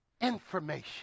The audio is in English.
information